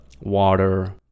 water